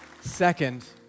Second